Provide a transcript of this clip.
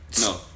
No